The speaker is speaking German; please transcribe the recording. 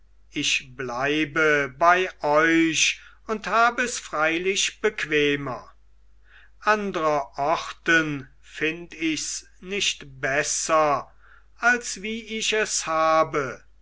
ich bleibe bei euch und hab es freilich bequemer andrer orten find ichs nicht besser als wie ich es habe